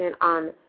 on